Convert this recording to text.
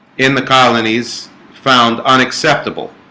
in the colonies found unacceptable